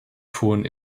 fuhren